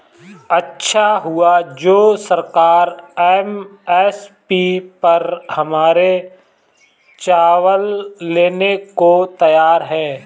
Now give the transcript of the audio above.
अच्छा हुआ जो सरकार एम.एस.पी पर हमारे चावल लेने को तैयार है